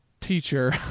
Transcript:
teacher